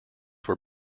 were